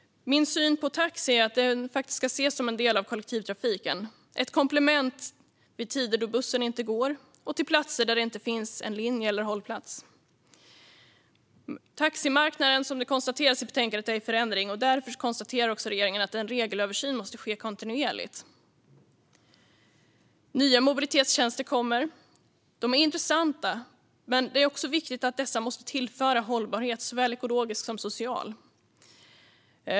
Min syn på taxi är att det ska ses som en del av kollektivtrafiken, ett komplement vid tider då bussen inte går och på platser där det inte finns en linje eller hållplats. Som konstateras i betänkandet är taximarknaden i förändring, och därför konstaterar regeringen att regelöversyn måste ske kontinuerligt. Nya mobilitetstjänster kommer. De är intressanta, men det är viktigt att de tillför såväl ekologisk som social hållbarhet.